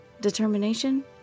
Determination